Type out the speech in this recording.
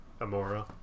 Amora